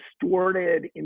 distorted